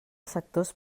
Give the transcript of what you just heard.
sectors